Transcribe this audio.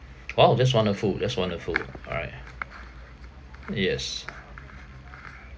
!wow! that's wonderful that's wonderful alright yes